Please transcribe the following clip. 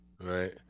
Right